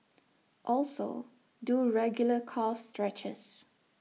also do regular calf stretches